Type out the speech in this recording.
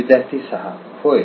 विद्यार्थी 6 होय